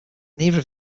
neither